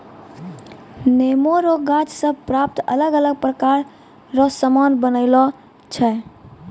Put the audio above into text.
नेमो रो गाछ से प्राप्त अलग अलग प्रकार रो समान बनायलो छै